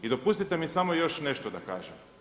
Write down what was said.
I dopustite mi samo još nešto da kažem.